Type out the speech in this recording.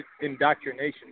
indoctrination